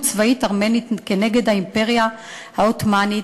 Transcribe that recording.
צבאית ארמנית כנגד האימפריה העות'מאנית,